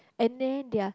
and then their